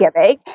giving